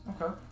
Okay